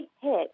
hit